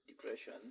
depression